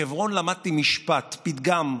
בחברון למדתי משפט, פתגם,